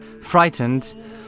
Frightened